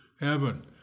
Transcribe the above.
heaven